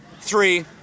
three